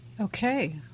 okay